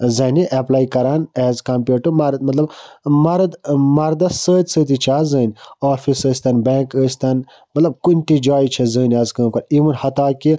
زَنہِ ایٚپلاے کَران as compared to مَرد مطلب مَرد ٲں مَردَس سۭتۍ سۭتی چھِ آز زٔنۍ آفِس ٲسۍ تَن بیٚنٛک ٲسۍ تَن مطلب کُنہِ تہِ جایہِ چھِ زٔنۍ آز کٲم کَران اِوٕن حتٰی کہِ